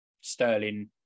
Sterling